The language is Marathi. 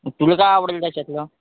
तुला काय आवडलं त्याच्यातलं